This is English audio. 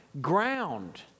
ground